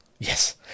yes